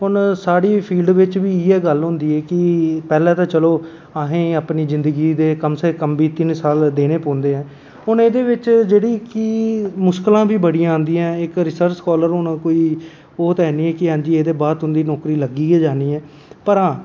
हून साढ़ी फील्ड बिच बी इ'यै गल्ल होंदी ऐ की पैह्लें ते चलो असेंगी अपनी जिंदगी दे कम से कम बी तीन साल देने पौंदे ऐ हून एह्दे बिच जेह्ड़ी की मुशकलां बी बड़ियां आंदियां ऐं इक रिसर्च स्कॉलर हून कोई ओह् ते ऐ निं ऐ कि एह्दे बाद च तुं'दी नौकरी लग्गी गै जानी ऐ पर आं